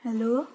hello